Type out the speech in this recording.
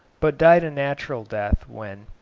but died a natural death when,